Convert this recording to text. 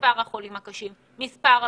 מספר החולים הקשים, מספר המונשמים.